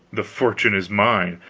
the fortune is mine!